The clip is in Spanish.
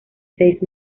seis